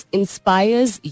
inspires